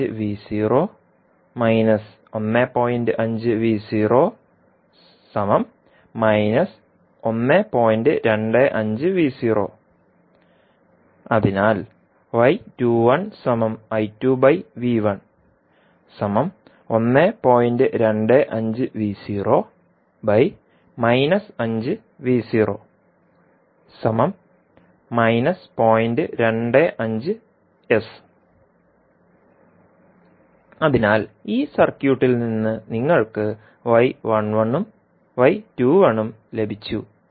അതിനാൽ അതിനാൽ ഈ സർക്യൂട്ടിൽ നിന്ന് നിങ്ങൾക്ക് ഉം ഉം ലഭിച്ചു